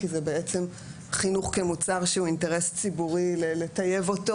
כי זה בעצם חינוך כמוצר שהוא אינטרס ציבורי לטייב אותו.